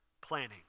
planning